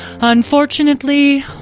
Unfortunately